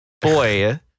Boy